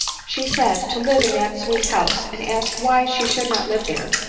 she said, to live in that sweet house, and asked why she should not live there?